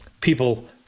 people